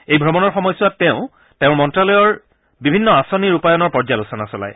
এই ভ্ৰমণৰ সময় ছোৱাত তেওঁ তেওঁৰ মন্ত্যালয়ৰ বিভিন্ন আঁচনি ৰূপায়ণৰ পৰ্যালোচনা চলায়